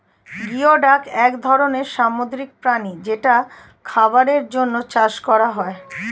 geoduck এক ধরনের সামুদ্রিক প্রাণী যেটা খাবারের জন্যে চাষ করা হয়